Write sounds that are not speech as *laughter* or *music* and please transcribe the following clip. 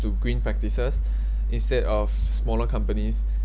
to green practices *breath* instead of smaller companies